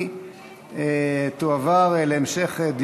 התשע"ד 2013,